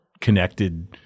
connected